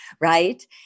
right